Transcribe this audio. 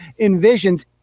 envisions